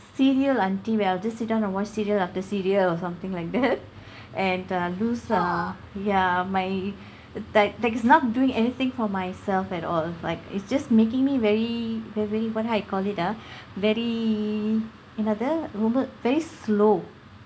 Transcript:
serial aunty where I will just sit down and watch serial after serial or something like that and um lose the ya my that like it's not doing anything for myself at all like it's just making me very heavily what do I call it ah very எனது ரொம்ப:enathu rompa very slow